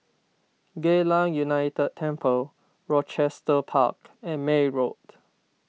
Geylang United Temple Rochester Park and May Road